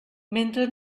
mentre